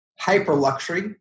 hyper-luxury